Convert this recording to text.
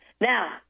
now